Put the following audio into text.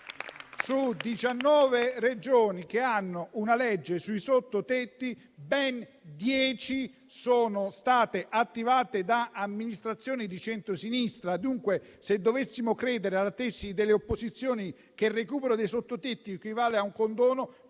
Regioni che hanno una legge sui sottotetti, ben dieci sono state attivate da amministrazioni di centrosinistra. Dunque, se dovessimo credere alla tesi delle opposizioni, che il recupero dei sottotetti equivale a un condono,